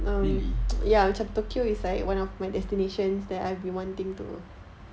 really